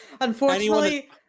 Unfortunately